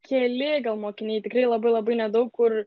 keli gal mokiniai tikrai labai labai nedaug kur